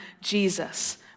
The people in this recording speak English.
Jesus